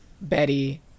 Betty